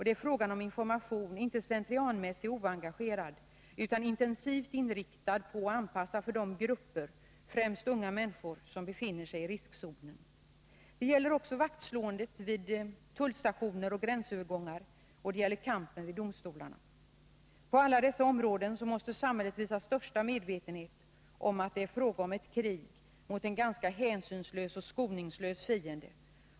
Det är fråga om information — inte slentrianmässig och oengagerad sådan, utan information intensivt inriktad på och anpassad till de grupper, främst unga människor, som befinner sig i riskzonen. Det gäller också vaktslåendet vid tullstationer och gränsövergångar och kampen vid domstolarna. På alla dessa områden måste samhället visa största medvetenhet om att det är fråga om ett krig mot en ganska hänsynslös och skoningslös fiende.